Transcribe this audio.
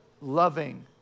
loving